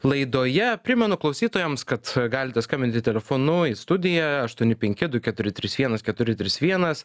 laidoje primenu klausytojams kad galite skambinti telefonu į studiją aštuoni penki du keturi trys vienas keturi trys vienas